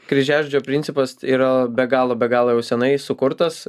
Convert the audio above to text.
kryžiažodžio principas yra be galo be galo jau senai sukurtas